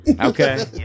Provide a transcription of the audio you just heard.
Okay